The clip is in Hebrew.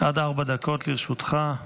עד ארבע דקות לרשותך.